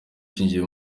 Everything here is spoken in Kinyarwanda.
cyinjiye